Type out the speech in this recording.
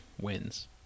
wins